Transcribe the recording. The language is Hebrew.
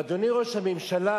אדוני ראש הממשלה,